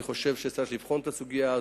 אני חושב שצריך לבחון את הסוגיה הזאת,